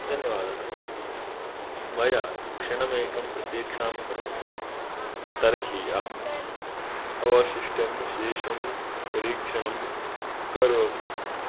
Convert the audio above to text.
धन्यवादः मया क्षणमेकं प्रत्यक्षं करोतु तर्हि अहम् अवशिष्टं शेषं परीक्षणं करोमी